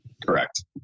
Correct